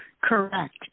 correct